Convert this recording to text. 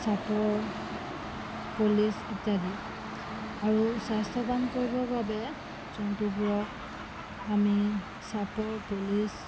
চাপৰ পলিচ ইত্যাদি আৰু স্বাস্থ্যৱান কৰিবৰ বাবে জন্তুবোৰক আমি চাপৰ পুলিচ